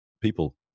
people